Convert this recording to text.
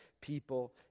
people